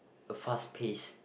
fast pace